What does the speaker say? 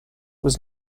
was